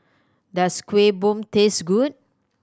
does Kueh Bom taste good